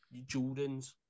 Jordans